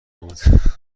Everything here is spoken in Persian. بود